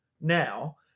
now